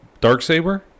Darksaber